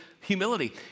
humility